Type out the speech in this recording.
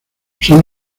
son